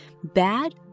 Bad